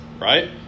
right